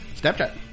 Snapchat